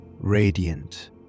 radiant